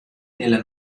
nella